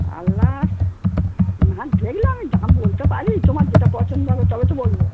আলনার না দেখলে আমি দাম বলতে পারি তোমার যেটা পছন্দ হবে তবে তো বলব